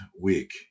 week